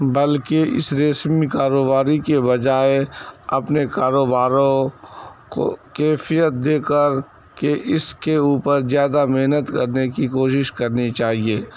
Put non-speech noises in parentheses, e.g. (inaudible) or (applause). بلکہ اس (unintelligible) کاروباری کے بجائے اپنے کاروبارو کو کیفیت دے کر کے اس کے اوپر زیادہ محنت کرنے کی کوشش کرنی چاہیے